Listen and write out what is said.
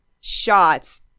shots